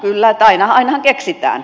kyllä ainahan keksitään